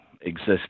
exist